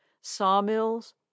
Sawmills